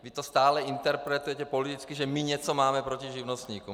Vy to stále interpretujete politicky, že my něco máme proti živnostníkům.